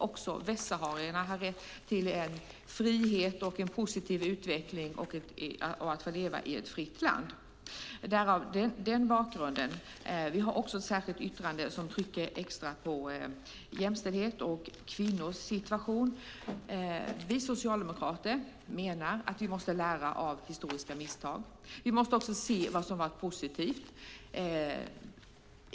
Även västsaharierna har rätt till frihet och en positiv utveckling och att leva i ett fritt land. Vi har också ett särskilt yttrande som trycker extra på jämställdhet och kvinnors situation. Vi socialdemokrater menar att vi måste lära av historiska misstag. Vi måste också se vad som är positivt.